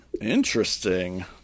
Interesting